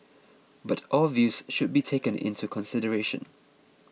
but all views should be taken into consideration